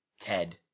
Ted